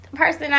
person